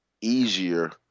easier